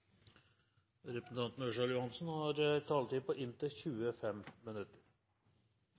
Representanten Morten Ørsal Johansen har